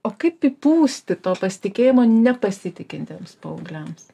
o kaip įpūsti to pasitikėjimo nepasitikintiems paaugliams